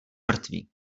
mrtvý